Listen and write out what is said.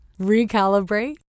recalibrate